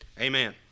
amen